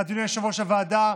אדוני יושב-ראש הוועדה,